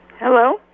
Hello